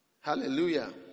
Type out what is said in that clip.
Hallelujah